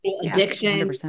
addiction